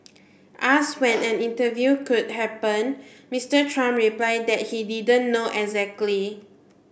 ask when an interview could happen Mister Trump replied that he didn't know exactly